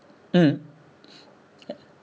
mm